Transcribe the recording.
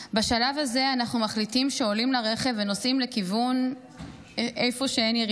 "בשלב הזה אנחנו מחליטים שעולים לרכב ונוסעים לכיוון איפה שאין יריות.